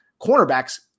cornerbacks